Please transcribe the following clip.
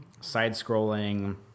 side-scrolling